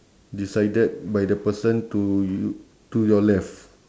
decided by the person to y~ to your left